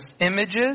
images